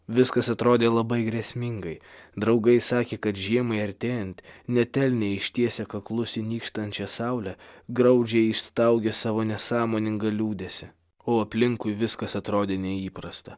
viskas atrodė labai grėsmingai draugai sakė kad žiemai artėjant net elniai ištiesę kaklus į nykstančią saulę graudžiai išstaugia savo nesąmoningą liūdesį o aplinkui viskas atrodė neįprasta